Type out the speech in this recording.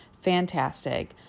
fantastic